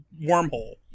wormhole